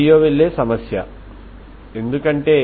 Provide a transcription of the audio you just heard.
విలువల కోసం TntAne n222L2t